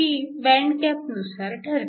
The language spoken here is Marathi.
ही बँड गॅपनुसार ठरते